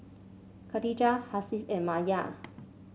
Khatijah Hasif and Maya